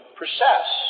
process